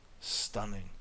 stunning